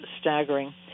staggering